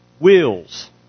wheels